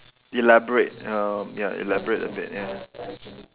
elaborate uh ya elaborate a bit ya